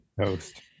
Toast